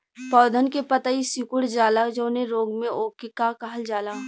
पौधन के पतयी सीकुड़ जाला जवने रोग में वोके का कहल जाला?